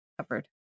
covered